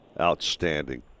Outstanding